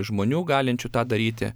žmonių galinčių tą daryti